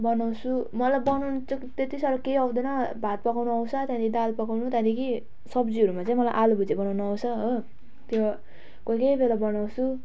बनाउँछु मलाई बनाउनु तेत् त्यति साह्रो केही आउँदैन भात पकाउनु आउँछ त्यहाँदिखि दाल पकाउनु त्यहाँदिखि सब्जीहरूमा चाहिँ मलाई आलु भुजिया बनाउनु आउँछ हो त्यो कोही कोही बेला बनाउँछु